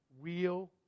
real